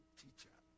teacher